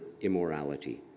immorality